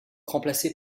remplacés